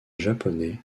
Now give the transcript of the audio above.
japonais